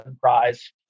Prize